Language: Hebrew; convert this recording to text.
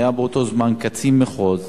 היה באותו זמן קצין מחוז,